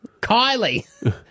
Kylie